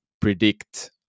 predict